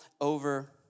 over